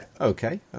Okay